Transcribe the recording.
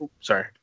Sorry